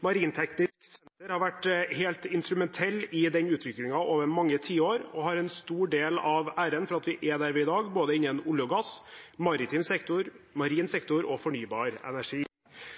Marinteknisk senter har vært helt instrumentelt i den utviklingen over mange tiår og har en stor del av æren for at vi er der vi er i dag, innen både olje og gass, maritim sektor, marin sektor og fornybar energi.